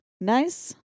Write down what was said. Nice